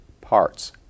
parts